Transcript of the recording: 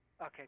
Okay